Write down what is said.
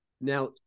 Now